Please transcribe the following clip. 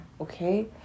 Okay